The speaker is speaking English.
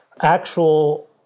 actual